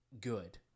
good